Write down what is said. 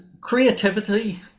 Creativity